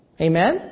Amen